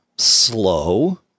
slow